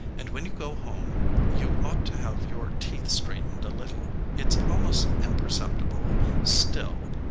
and when you go home you ought to have your teeth straightened a little. it's almost imperceptible, still